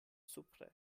supre